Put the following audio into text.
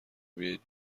بیایید